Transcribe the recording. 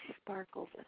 sparkles